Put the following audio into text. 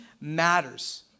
matters